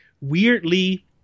weirdly